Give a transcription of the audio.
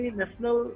national